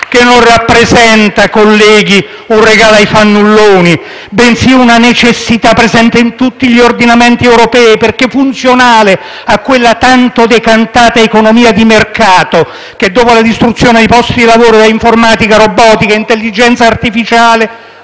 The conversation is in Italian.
che rappresenta - colleghi - non un regalo ai fannulloni, bensì una necessità presente in tutti i Paesi europei, perché funzionale a quella tanto decantata economia di mercato che, dopo la distruzione di posti di lavoro da parte di informatica, robotica e intelligenza artificiale,